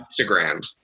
Instagram